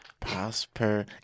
Prosper